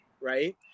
right